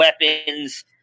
weapons –